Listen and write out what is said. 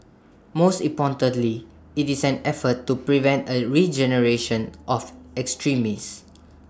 most importantly IT is an effort to prevent A regeneration of extremists